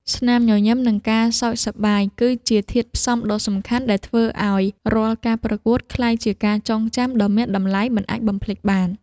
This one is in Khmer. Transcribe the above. ស្នាមញញឹម និងការសើចសប្បាយ គឺជាធាតុផ្សំដ៏សំខាន់ដែលធ្វើឱ្យរាល់ការប្រកួតក្លាយជាការចងចាំដ៏មានតម្លៃមិនអាចបំភ្លេចបាន។